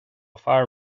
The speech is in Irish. fear